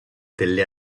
delle